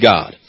God